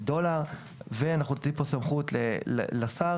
אנחנו נותנים פה סמכות לשר,